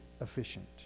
efficient